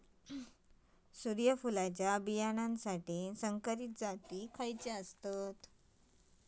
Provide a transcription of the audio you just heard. सूर्यफुलाच्या बियानासाठी संकरित जाती खयले?